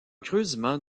creusement